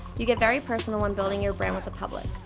you get very personal when building your brand with the public.